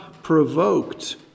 provoked